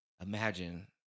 Imagine